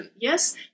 Yes